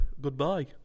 Goodbye